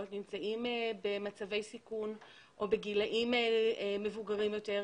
נמצאים במצבי סיכון או בגילים מבוגרים יותר,